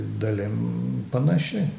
dalim panaši